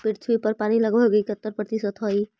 पृथ्वी पर पानी लगभग इकहत्तर प्रतिशत हई